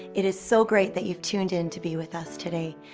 it is so great that you tuned in to be with us today.